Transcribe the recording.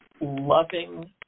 loving